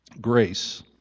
grace